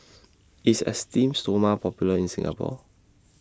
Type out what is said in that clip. IS Esteem Stoma Popular in Singapore